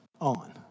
on